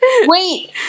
Wait